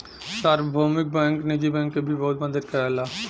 सार्वभौमिक बैंक निजी बैंक के भी बहुत मदद करला